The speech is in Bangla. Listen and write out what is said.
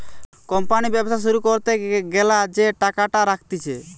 কোম্পানি ব্যবসা শুরু করতে গ্যালা যে টাকাটা রাখতিছে